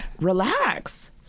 relax